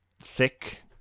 thick